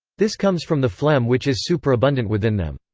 this comes from the phlegm which is superabundant within them.